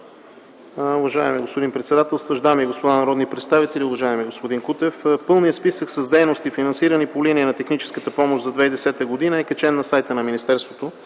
Уважаеми господин председател, дами и господа народни представители, уважаеми господин Кутев! Пълният списък с дейности, финансирани по линия на техническата помощ за 2010 г., е качен на сайта на министерството